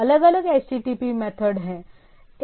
अलग अलग HTTP method हैं